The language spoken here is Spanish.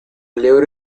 libro